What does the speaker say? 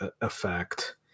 effect